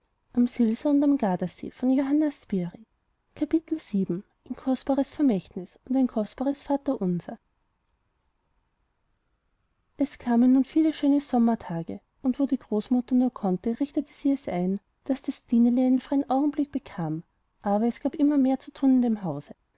kostbares vermächtnis und ein kostbares vaterunser es kamen nun viele schöne sommertage und wo die großmutter nur konnte richtete sie es ein daß das stineli einen freien augenblick bekam aber es gab immer mehr zu tun in dem hause